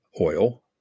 oil